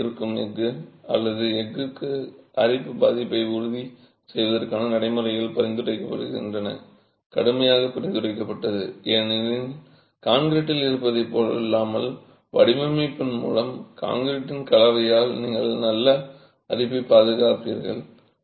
அரிப்பை எதிர்க்கும் எஃகு அல்லது எஃகுக்கு அரிப்பு எதிர்ப்பை உறுதி செய்வதற்கான நடைமுறைகள் பரிந்துரைக்கப்படுகிறது கடுமையாக பரிந்துரைக்கப்படுகிறது ஏனெனில் கான்கிரீட்டில் இருப்பதைப் போலல்லாமல் வடிவமைப்பின் மூலம் கான்கிரீட்டின் கலவையால் நீங்கள் நல்ல அரிப்பைப் பாதுகாப்பீர்கள்